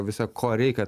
visa ko reikia